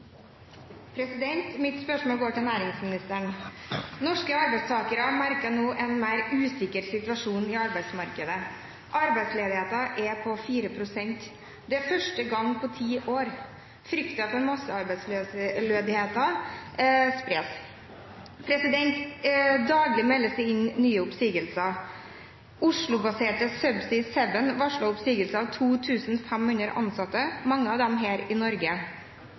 Mitt spørsmål går til næringsministeren. Norske arbeidstakere merker nå en mer usikker situasjon i arbeidsmarkedet. Arbeidsledigheten er på 4 pst. Det er første gang på ti år. Frykten for massearbeidsledighet spres. Daglig meldes det om nye oppsigelser. Oslo-baserte Subsea 7 varsler oppsigelse av 2 500 ansatte, mange av dem her i Norge.